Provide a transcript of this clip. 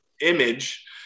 image